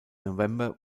november